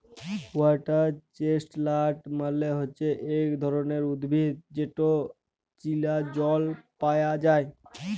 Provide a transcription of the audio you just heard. water chestnut মালে হচ্যে ইক ধরণের উদ্ভিদ যেটা চীলা জল পায়া যায়